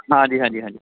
ਹਾਂਜੀ ਹਾਂਜੀ ਹਾਂਜੀ